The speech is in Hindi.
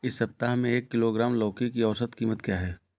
इस सप्ताह में एक किलोग्राम लौकी की औसत कीमत क्या है?